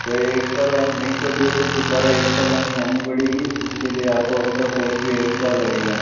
और extra line नहीं छोड़ी है तो दुबारा एक्स्ट्रा लाइन लानी पड़ेगी उसके लिए आपको उसका कॉस्ट भी एक्स्ट्रा लगेगा